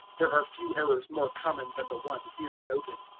there are few errors more common than the one here noted.